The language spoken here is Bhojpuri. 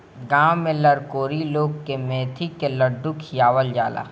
गांव में लरकोरी लोग के मेथी के लड्डू खियावल जाला